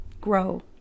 grow